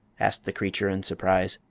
asked the creature, in surprise.